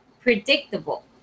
predictable